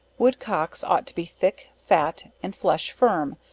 wood cocks, ought to be thick, fat and flesh firm,